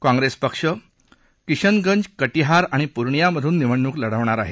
काँप्रेसपक्ष किशनगंज कटिहार आणि पुर्णियामधून निवडणूक लढवणार आहेत